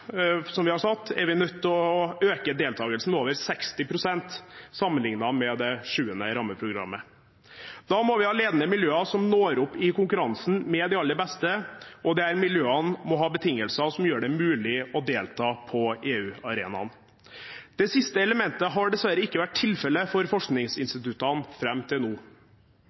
som vi har sagt, å øke deltakelsen med over 60 pst. sammenliknet med det 7. rammeprogrammet. Da må vi ha ledende miljøer som når opp i konkurransen med de aller beste, og der miljøene må ha betingelser som gjør det mulig å delta på EU-arenaen. Det siste elementet har dessverre ikke vært tilfellet for forskningsinstituttene fram til